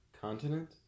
continent